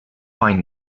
finding